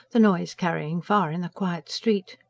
the noise carrying far in the quiet street.